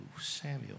Samuel